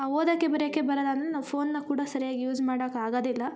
ಓದಕ್ಕೆ ಬರಿಯೋಕೆ ಬರಲ್ಲ ಅಂದರೆ ನಾವು ಫೋನ್ನ ಕೂಡ ಸರಿಯಾಗಿ ಯೂಝ್ ಮಾಡಕಾಗದಿಲ್ಲ